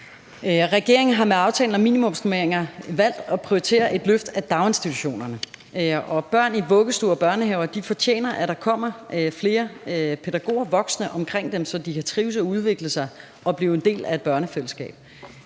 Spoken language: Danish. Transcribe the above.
Regeringen har med aftalen om minimumsnormeringer valgt at prioritere et løft af daginstitutionerne. Og børn i vuggestuer og børnehaver fortjener, at der kommer flere pædagoger, voksne, omkring dem, så de kan trives og udvikle sig og blive en del af et børnefællesskab.